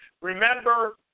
Remember